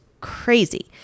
crazy